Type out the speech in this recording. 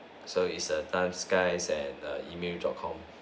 so it's a time skies at err email dot com